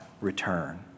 return